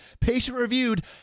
patient-reviewed